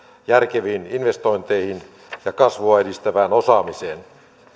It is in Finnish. järkeviin investointeihin ja kasvua edistävään osaamiseen